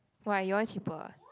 why your one cheaper ah